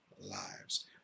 lives